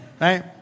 right